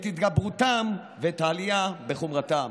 את התגברותם ואת העלייה בחומרתם.